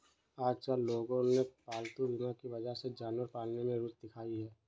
आजकल लोगों ने पालतू बीमा की वजह से जानवर पालने में रूचि दिखाई है